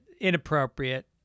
inappropriate